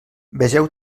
vegeu